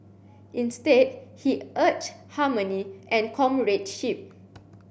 instead he urged harmony and comradeship